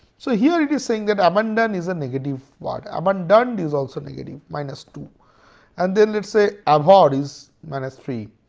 so here it is saying that abandon is a negative word abandoned is also negative minus two and then let us say abhor is minus three,